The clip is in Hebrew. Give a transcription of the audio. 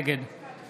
נגד